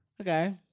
Okay